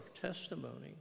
testimony